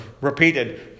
repeated